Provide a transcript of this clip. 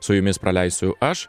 su jumis praleisiu aš